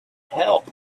help